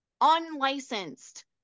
unlicensed